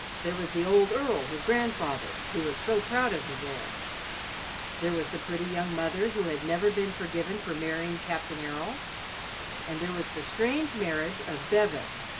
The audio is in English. there was the old earl, his grandfather, who was so proud of his heir there was the pretty young mother who had never been forgiven for marrying captain errol and there was the strange marriage of bevis,